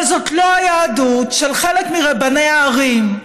אבל זאת לא היהדות של חלק מרבני הערים,